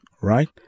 right